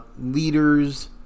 leaders